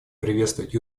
приветствовать